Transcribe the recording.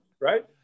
right